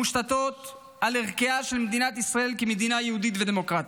המושתתות על ערכיה של מדינת ישראל כמדינה יהודית ודמוקרטית.